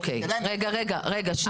אני